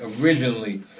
originally